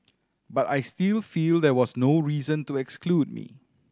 but I still feel there was no reason to exclude me